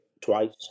twice